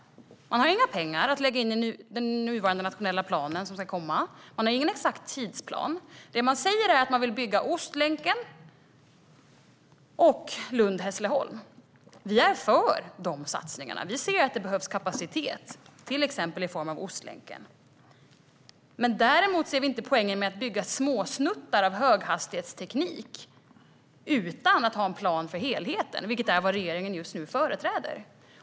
Man har inga pengar att lägga in i den nationella plan som ska komma. Man har ingen exakt tidsplan. Det man säger är att man vill bygga Ostlänken och sträckan Lund-Hässleholm. Vi är för de satsningarna. Vi ser att det behövs kapacitet, till exempel i form av Ostlänken. Däremot ser vi inte poängen med att bygga småsnuttar av höghastighetsteknik utan att ha en plan för helheten, vilket är vad regeringen just nu företräder.